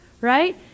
right